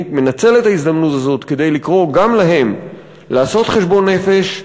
אני מנצל את ההזדמנות הזאת כדי לקרוא גם להן לעשות חשבון נפש,